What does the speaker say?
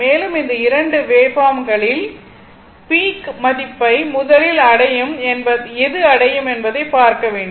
மேலும் இந்த இரண்டு வேவ்பார்ம் கலீல் எது பீக் மதிப்பை முதலில் அடையும் என்பதை பார்க்க வேண்டும்